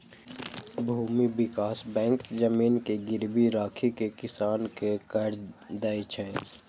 भूमि विकास बैंक जमीन के गिरवी राखि कें किसान कें कर्ज दै छै